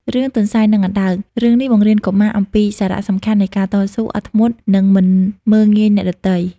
រឿងទន្សាយនិងអណ្ដើក រឿងនេះបង្រៀនកុមារអំពីសារៈសំខាន់នៃការតស៊ូ អត់ធ្មត់ និងមិនមើលងាយអ្នកដទៃ។